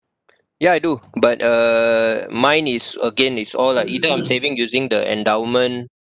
yeah I do but uh mine is again it's all like either I'm saving using the endowment